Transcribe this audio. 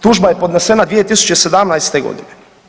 Tužba je podnesena 2017. godine.